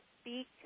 speak